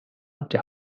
der